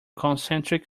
concentric